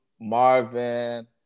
Marvin